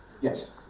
Yes